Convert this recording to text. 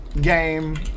game